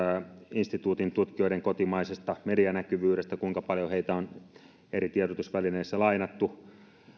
instituutin tutkijoiden kotimaisesta medianäkyvyydestä kuinka paljon heitä on eri tiedotusvälineissä lainattu